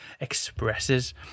expresses